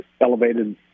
elevated